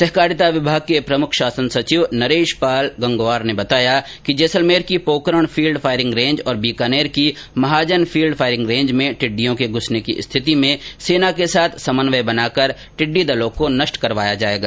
सहकारिता विभाग के प्रमुख शासन सचिव नरेश पाल गंगवार ने बताया कि जैसलमेर की पोकरण फील्ड फायरिंग रेंज और बीकानेर की महाजन फील्ड फायरिंग रेंज में टिड्डियों के घुसने की स्थिति में सेना के साथ समन्वय बनाकर टिड़डी दलों को नष्ट करवाया जायेगा